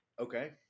Okay